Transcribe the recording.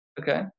Okay